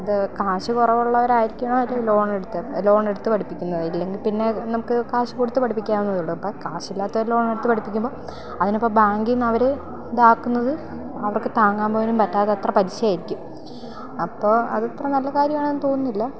ഇത് കാശ് കുറവ് ഉള്ളവർ ആയിരിക്കണമല്ലോ ഈ ലോണെടുത്ത് ലോണെടുത്ത് പഠിപ്പിക്കുന്നത് ഇല്ലെങ്കിൽ പിന്നെ നമുക്ക് കാശ് കൊടുത്ത് പഠിപ്പിക്കാവുന്നത് അല്ലേ ഉള്ളു അപ്പം കാശില്ലാത്തവര് ലോണെടുത്ത് പഠിപ്പിക്കുമ്പം അതിനിപ്പം ബാങ്കിൽ നിന്നവർ ഇതാക്കുന്നത് അവർക്ക് താങ്ങാൻ പോലും പറ്റാത്ത അത്ര പലിശയായിരിക്കും അപ്പോൾ അതത്ര നല്ല കാര്യവാണെന്ന് തോന്നുന്നില്ല